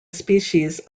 species